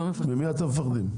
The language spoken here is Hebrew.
ממי אתם מפחדים?